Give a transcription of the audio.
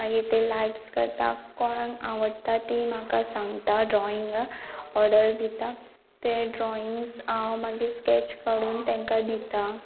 मागीर ते लायक्स करता कोणाक आवडटा तीं म्हाका सांगता ड्रॉइंग ऑर्डर दिता ते ड्रॉइंग्स हांव मागीर स्केच काडून तेंकां दिता